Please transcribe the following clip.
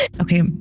okay